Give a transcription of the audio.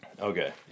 Okay